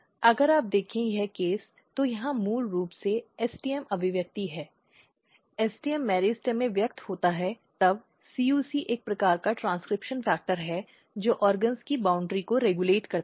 अगर आप देखें यह केस तो यहाँ मूल रूप से STM अभिव्यक्ति है STM मेरिस्टेम में व्यक्त होता है तब CUC एक प्रकार का ट्रेन्स्क्रिप्शन फैक्टर है जो अंगों की बाउन्ड्री को रेगुलेट करता है